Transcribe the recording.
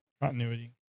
continuity